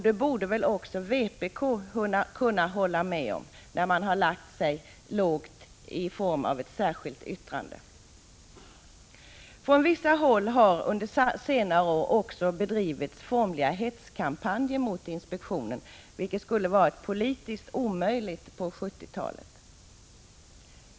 Detta borde väl också vpk kunna hålla med om, men man har i stället intagit en låg profil genom att lägga ett särskilt yttrande. Från vissa håll har under senare år bedrivits formliga hetskampanjer mot inspektionen, vilket skulle ha varit politiskt omöjligt på 1970-talet.